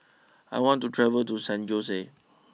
I want to travel to San Jose